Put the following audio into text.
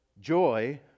joy